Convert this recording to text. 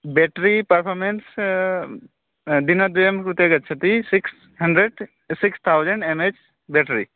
battery performance दिनद्वयं कृते गच्छति six hundred six thousand M H battery